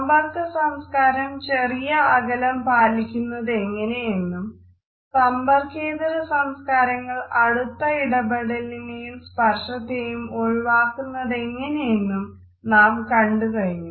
സമ്പർക്ക സംസ്കാരം ചെറിയ അകലം പാലിക്കുന്നതെങ്ങനെയെന്നും സമ്പർക്കേതര സംസ്കാരങ്ങൾ അടുത്ത ഇടപെടലിനെയും സ്പർശത്തെയും ഒഴിവാക്കുന്നതെങ്ങനെയെന്നും നാം കണ്ടു കഴിഞ്ഞു